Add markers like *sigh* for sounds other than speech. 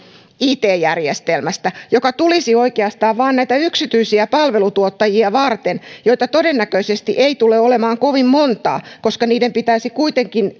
it järjestelmästä joka tulisi oikeastaan vain näitä yksityisiä palvelutuottajia varten joita todennäköisesti ei tule olemaan kovin montaa koska niiden pitäisi kuitenkin *unintelligible*